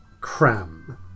cram